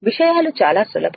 విషయాలు చాలా సులభం